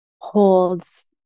holds